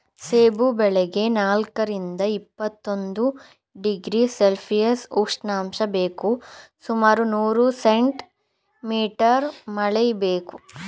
ಸೇಬು ಬೆಳೆಗೆ ನಾಲ್ಕರಿಂದ ಇಪ್ಪತ್ತೊಂದು ಡಿಗ್ರಿ ಸೆಲ್ಶಿಯಸ್ ಉಷ್ಣಾಂಶ ಬೇಕು ಸುಮಾರು ನೂರು ಸೆಂಟಿ ಮೀಟರ್ ಮಳೆ ಬೇಕು